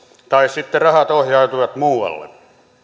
tai sitten rahat ohjautuivat muualle